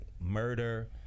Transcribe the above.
murder